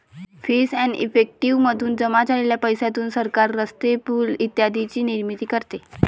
fees and effective मधून जमा झालेल्या पैशातून सरकार रस्ते, पूल इत्यादींची निर्मिती करते